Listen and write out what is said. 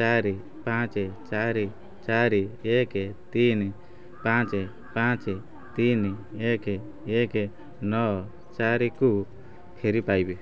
ଚାରି ପାଞ୍ଚ ଚାରି ଚାରି ଏକ ତିନି ପାଞ୍ଚ ପାଞ୍ଚ ତିନି ଏକ ଏକ ନଅ ଚାରିକୁ ଫେରି ପାଇବି